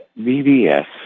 VBS